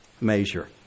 measure